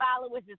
followers